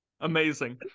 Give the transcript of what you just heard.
Amazing